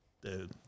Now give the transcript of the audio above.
dude